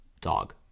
Dog